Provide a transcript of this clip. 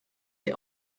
die